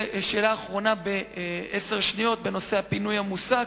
ושאלה אחרונה בעשר שניות בנושא הפינוי המוסק,